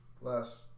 last